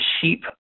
sheep